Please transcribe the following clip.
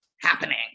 happening